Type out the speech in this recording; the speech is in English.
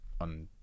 on